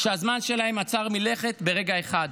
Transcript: שהזמן שלהם עצר מלכת ברגע אחד,